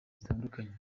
zitandukanye